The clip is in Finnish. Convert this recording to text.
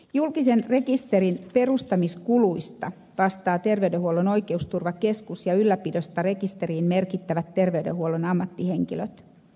julkisen rekisterin perustamiskuluista vastaa terveydenhuollon oikeusturvakeskus ja ylläpidosta rekisteriin merkittävät terveydenhuollon ammattihenkilöt